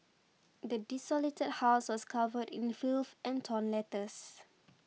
the desolated house was covered in filth and torn letters